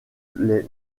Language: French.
les